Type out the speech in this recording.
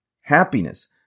Happiness